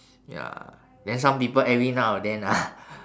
ya then some people every now and then ah